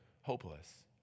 hopeless